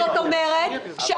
זאת אומרת,